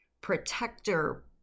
protector